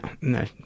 no